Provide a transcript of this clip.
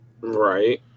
Right